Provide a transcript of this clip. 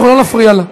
ואנחנו לא נפריע לה,